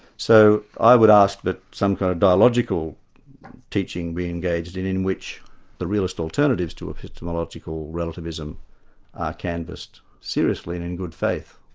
so i would ask that some kind of dialogical teaching be engaged in, in which the realist alternatives to epistemological relativism are canvassed seriously and in good faith.